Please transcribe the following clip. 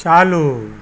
चालू